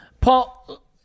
Paul